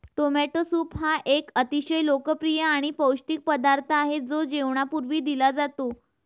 tomato soup हा एक अतिशय लोकप्रिय आणि पौष्टिक पदार्थ आहे जो जेवणापूर्वी दिला जातो